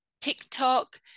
TikTok